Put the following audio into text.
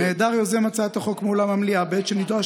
"נעדר יוזם הצעת החוק מאולם המליאה בעת שנדרש